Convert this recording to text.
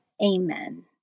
Amen